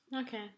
Okay